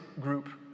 group